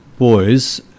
boys